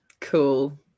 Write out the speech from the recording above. Cool